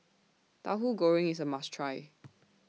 Tahu Goreng IS A must Try